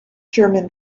german